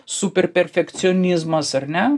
super perfekcionizmas ar ne